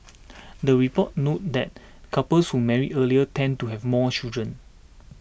the report noted that couples who marry earlier tend to have more children